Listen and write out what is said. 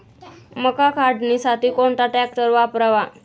मका काढणीसाठी कोणता ट्रॅक्टर वापरावा?